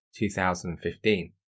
2015